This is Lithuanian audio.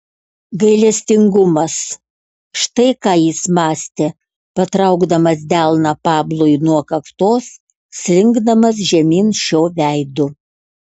gailestingumas štai ką jis mąstė patraukdamas delną pablui nuo kaktos slinkdamas žemyn šio veidu